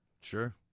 Sure